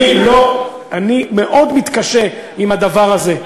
אני מאוד מתקשה עם הדבר הזה,